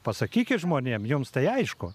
pasakykit žmonėm jums tai aišku